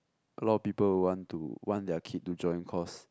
a lot of people would want to want their kid to join cause